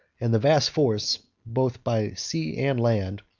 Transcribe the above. and the vast force, both by sea and land,